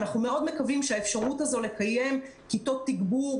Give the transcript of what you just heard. אנחנו מאוד מקווים שהאפשרות הזו לקיים כיתות תגבור